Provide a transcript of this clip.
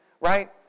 right